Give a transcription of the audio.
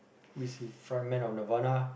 front man of Nirvana